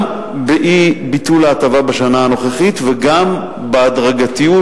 גם באי-ביטול ההטבה בשנה הנוכחית וגם בהדרגתיות